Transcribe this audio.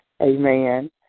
Amen